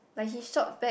but he shot back